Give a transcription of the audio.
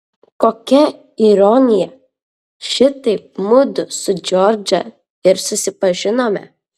kokia ironija šitaip mudu su džordže ir susipažinome